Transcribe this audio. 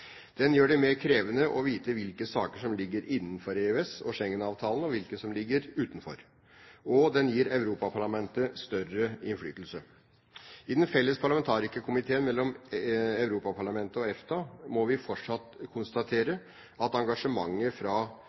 Den gjør det mer krevende å vite hvilke saker som ligger innenfor EØS- og Schengen-avtalene, og hvilke som ligger utenfor. Og den gir Europaparlamentet større innflytelse. I den felles parlamentarikerkomiteen mellom Europaparlamentet og EFTA må vi fortsatt konstatere at engasjementet fra